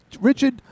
Richard